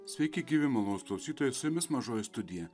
sveiki gyvi malonūs klausytojai su jumis mažoji studija